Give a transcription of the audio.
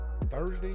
thursday